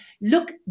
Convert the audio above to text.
look